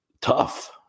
tough